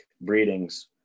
breedings